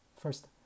First